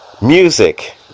Music